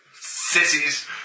Sissies